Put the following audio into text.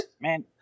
man